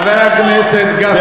חבר הכנסת גפני, שמענו את ההערה שלך.